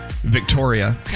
Victoria